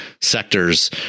sectors